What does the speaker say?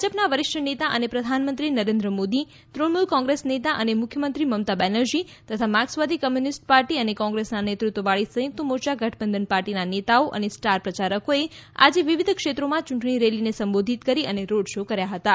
ભાજપનાં વરિષ્ઠ નેતા અને પ્રધાનમંત્રી નરેન્દ્ર મોદી તૃણમૂલ કોંગ્રેસ નેતા અને મુખ્યમંત્રી મમતા બેનર્જી તથા માર્કસવાદી કમ્યુનિસ્ટ પાર્ટી અને કોંગ્રેસના નેતૃત્વ વાળી સંયુક્ત મોર્યા ગઠબંધન પાર્ટીનાં નેતા અને સ્ટાર પ્રચારકોએ આજે વિવિધ ક્ષેત્રોમાં યૂંટણી રેલીને સંબોધીત કરી અને રોડશો કર્યા હતાં